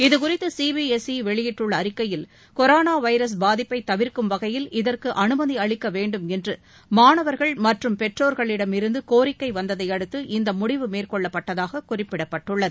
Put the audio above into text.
இதுகுறித்து சிபிஎஸ்இ வெளியிட்டுள்ள அறிக்கையில் கொரோனா வைரஸ் பாதிப்பை தவிர்க்கும் வகையில் இதற்கு அனுமதி அளிக்க வேண்டுமெனறு மாளவர்கள் மற்றும் பெற்றோர்களிடமிருந்து கோரிக்கை வந்ததையடுத்து இம்முடிவு மேற்கொள்ளப்பட்டதாக குறிப்பிடப்பட்டுள்ளது